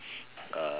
uh